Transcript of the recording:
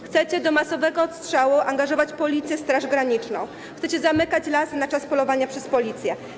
Chcecie do masowego odstrzału angażować Policję, Straż Graniczną, chcecie zamykać lasy na czas polowania przez Policję.